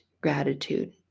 gratitude